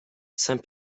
saint